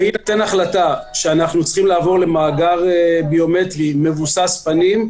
בהינתן החלטה שאנו צריכים לעבור למאגר ביומטרי מבוסס פנים,